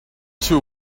too